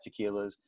tequilas